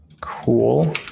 Cool